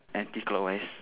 anti clockwise